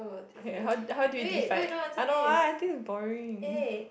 okay how how did you divide I don't want I think it's boring